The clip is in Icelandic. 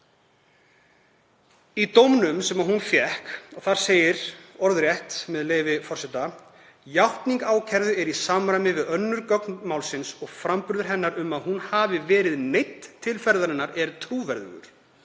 Í dómnum sem hún fékk segir orðrétt, með leyfi forseta: „Játning ákærðu er í samræmi við önnur gögn málsins og framburður hennar um að hún hafi verið neydd til ferðarinnar er trúverðugur.